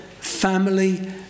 family